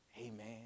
Amen